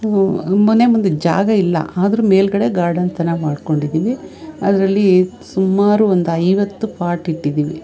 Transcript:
ಮನೆ ಮುಂದೆ ಜಾಗ ಇಲ್ಲ ಆದ್ರೂ ಮೇಲ್ಗಡೆ ಗಾರ್ಡನ್ ಥರ ಮಾಡ್ಕೊಂಡಿದ್ದೀವಿ ಅದರಲ್ಲಿ ಸುಮಾರು ಒಂದು ಐವತ್ತು ಪಾಟ್ ಇಟ್ಟಿದ್ದೀವಿ